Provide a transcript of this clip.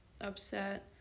upset